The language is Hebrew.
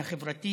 החברתי